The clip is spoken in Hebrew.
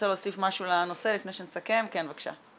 להוסיף משהו לנושא לפני שנסכם כן בבקשה.